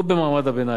ובמעמד הביניים.